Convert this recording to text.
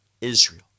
Israel